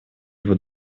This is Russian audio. его